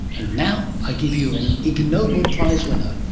and now i give you an ig nobel prize-winner.